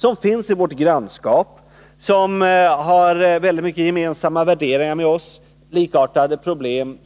De finns i vårt grannskap, vi har gemensamma värderingar, vi har likartade problem